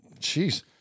Jeez